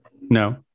No